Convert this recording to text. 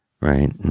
Right